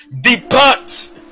depart